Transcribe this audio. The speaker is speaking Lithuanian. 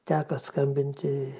teko skambinti